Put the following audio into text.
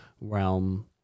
realm